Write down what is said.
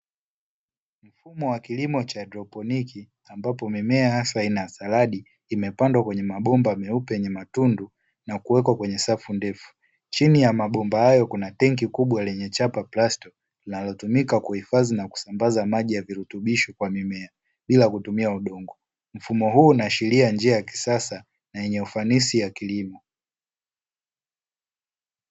Mfumo wa kilimo cha haidroponiki, ambapo mimea hasa aina ya saladi imepandwa kwenye mabomba meupe yenye matundu na kuwekwa kwenye safu ndefu, chini ya mabomba hayo kuna tanki kubwa lenye chapa plasto, linalotumika kuhifadhi na kusambaza maji ya virutubisho kwa mimea bila kutumia udongo. Mfumo huu unaisheria njia ya kisasa na yenye ufanisi ya kilimo.